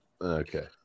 Okay